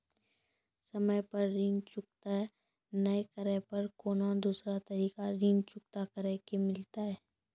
समय पर ऋण चुकता नै करे पर कोनो दूसरा तरीका ऋण चुकता करे के मिलतै?